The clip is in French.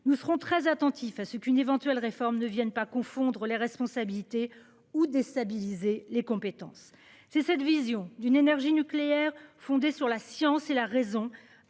Nous serons très attentifs à ce qu'une éventuelle réforme ne viennent pas confondre les responsabilités ou déstabiliser les compétences. C'est cette vision d'une énergie nucléaire fondée sur la science et la raison